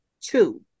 two